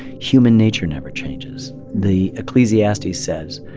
human nature never changes. the ecclesiastes says,